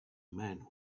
man